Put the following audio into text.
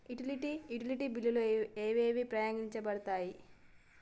Utility బిల్లులు ఏవి పరిగణించబడతాయి?